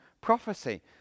prophecy